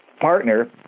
partner